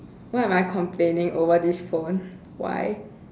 why am I complaining over this phone why